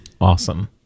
awesome